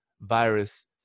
virus